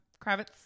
kravitz